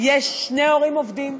יש שני הורים עובדים,